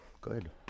Good